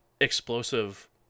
explosive